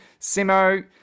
Simo